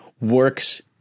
works